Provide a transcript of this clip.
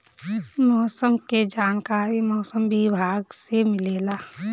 मौसम के जानकारी मौसम विभाग से मिलेला?